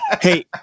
Hey